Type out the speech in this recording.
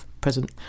present